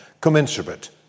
commensurate